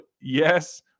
Yes